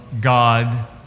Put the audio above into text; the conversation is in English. God